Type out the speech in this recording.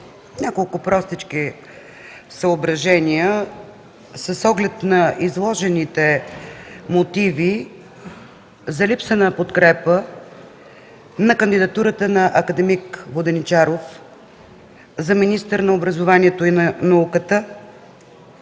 няколко простички съображения с оглед на изложените мотиви за липса на подкрепа на кандидатурата на акад. Воденичаров за министър на образованието, младежта